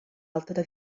altra